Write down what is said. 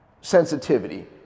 sensitivity